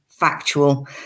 factual